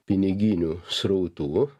piniginių srautų